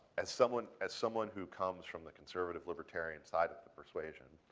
as someone as someone who comes from the conservative libertarian side of persuasion,